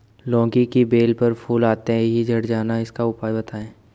लौकी की बेल पर फूल आते ही झड़ जाना इसका उपाय बताएं?